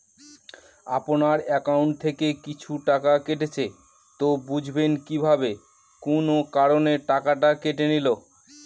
আপনার একাউন্ট থেকে কিছু টাকা কেটেছে তো বুঝবেন কিভাবে কোন কারণে টাকাটা কেটে নিল?